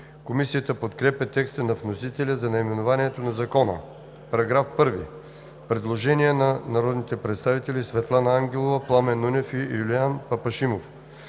Комисията подкрепя текста на вносителя за наименованието на Закона. По § 1 има направено предложение от народните представители Светлана Ангелова, Пламен Нунев и Юлиан Папашимов.